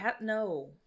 No